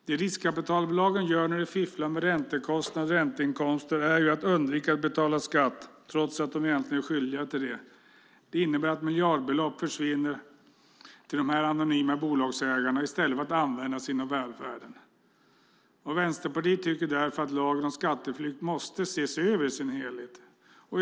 Det riskkapitalbolagen gör när de fifflar med räntekostnader och ränteinkomster är ju att undvika att betala skatt, trots att de egentligen är skyldiga att göra det. Det innebär att miljardbelopp försvinner till de här anonyma bolagsägarna i stället för att användas inom välfärden. Vänsterpartiet tycker därför att lagen om skatteflykt måste ses över i sin helhet.